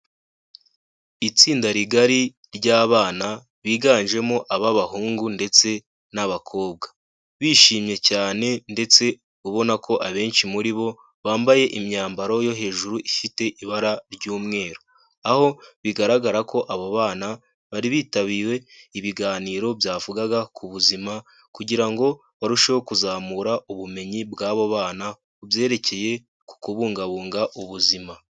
Itsinda rigari ry'abana biganjemo ab'abahungu ndetse n'abakobwa bishimye cyane ndetse ubona ko abenshi muri bo bambaye imyambaro yo hejuru ifite ibara ry'umweru. Aho bigaragara ko abo bana baribitabiriye ibiganiro byavugaga ku buzima kugira ngo barusheho kuzamura ubumenyi bw'abo bana ku byerekeye ku kubungabunga ubuzima.